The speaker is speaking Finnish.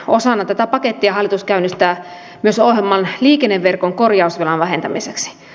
osana tätä pakettia hallitus käynnistää myös ohjelman liikenneverkon korjausvelan vähentämiseksi